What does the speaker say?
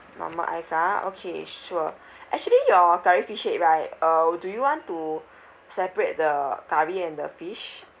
normal ice ah okay sure actually your curry fish head right uh do you want to separate the curry and the fish